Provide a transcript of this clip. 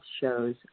shows